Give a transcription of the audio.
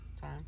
time